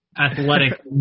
athletic